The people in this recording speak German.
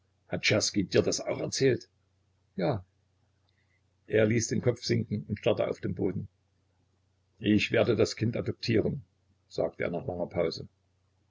dir das auch erzählt ja er ließ den kopf sinken und starrte auf den boden ich werde das kind adoptieren sagte er nach langer pause